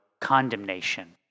condemnation